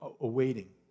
awaiting